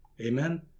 Amen